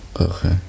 Okay